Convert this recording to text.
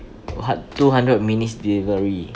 what two hundred minutes delivery